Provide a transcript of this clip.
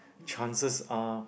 chances are